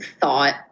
thought